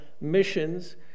Missions